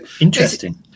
interesting